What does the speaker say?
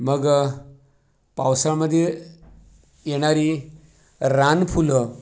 मग पावसामध्ये येणारी रानफुलं